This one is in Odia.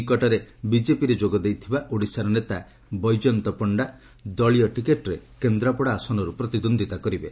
ନିକଟରେ ବିଜେପିରେ ଯୋଗ ଦେଇଥିବା ଓଡ଼ିଶାର ନେତା ବୈଜୟନ୍ତ ପଣ୍ଡା ଦଳୀୟ ଟିକେଟ୍ରେ କେନ୍ଦ୍ରାପଡ଼ା ଆସନରୁ ପ୍ରତିଦ୍ୱନ୍ଦ୍ୱିତା କରିବେ